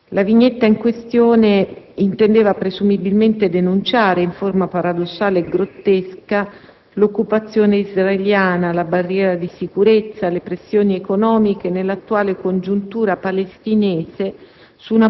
La vignetta in questione intendeva presumibilmente denunciare, in forma paradossale e grottesca, l'occupazione israeliana, la barriera di sicurezza, le pressioni economiche nell'attuale congiuntura palestinese